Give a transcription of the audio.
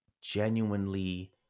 genuinely